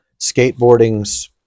skateboarding's